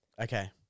Okay